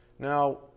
Now